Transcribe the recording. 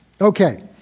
Okay